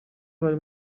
abari